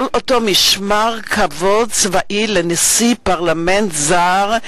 כל אותו משמר כבוד צבאי לנשיא פרלמנט זר,